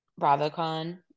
BravoCon